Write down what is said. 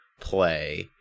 play